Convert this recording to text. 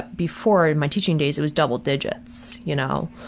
before, my teaching days, it was double digits. you know?